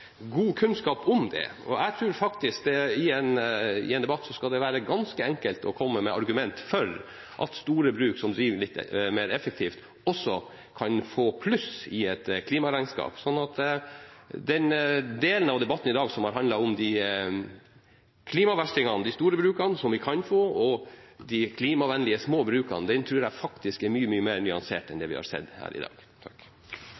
god kunnskap om det, og jeg tror faktisk at i en debatt så skal det være ganske enkelt å komme med argumenter for at store bruk, som driver litt mer effektivt, også kan gå i pluss i et klimaregnskap. Så den delen av debatten i dag som har handlet om klimaverstingene, de store brukene som vi kan få, og de klimavennlige små brukene, tror jeg faktisk er mye mer nyansert enn det vi har sett her i dag.